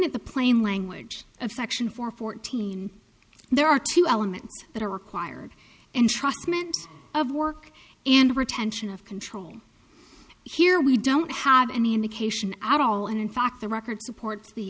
at the plain language of section for fourteen there are two elements that are required and truckman of work and retention of control here we don't have any indication at all and in fact the records support the